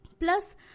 Plus